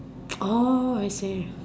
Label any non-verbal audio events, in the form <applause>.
<noise> oh I see